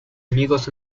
amigos